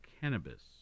cannabis